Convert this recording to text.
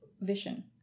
vision